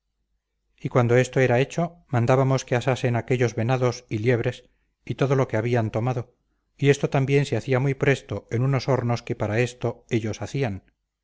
y cuando esto era hecho mandábamos que asasen aquellos venados y liebres y todo lo que habían tomado y esto también se hacía muy presto en unos hornos que para esto ellos hacían